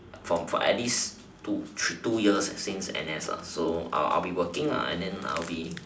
for for at least two two years since N_S lah so I will be working lah and then I will be